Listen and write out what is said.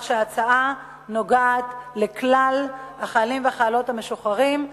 ההצעה נוגעת לכלל החיילים והחיילות המשוחררים,